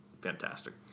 Fantastic